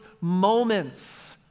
moments